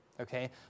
okay